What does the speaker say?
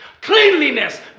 Cleanliness